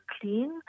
clean